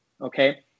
okay